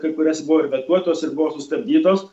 kai kurios buvo ir vetuotos irs buvo sustabdytos